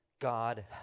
God